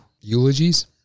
eulogies